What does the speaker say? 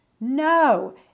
No